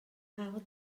hawdd